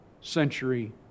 century